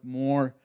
more